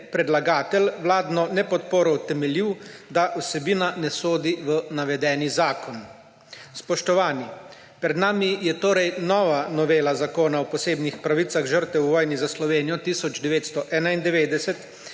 predlagatelj vladno nepodporo utemeljil, da vsebina ne sodi v navedeni zakon. Spoštovani! Pred nami je torej nova novela Zakona o posebnih pravicah žrtev v vojni za Slovenijo 1991,